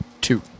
two